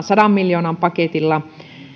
sadan miljoonan paketilla